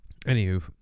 Anywho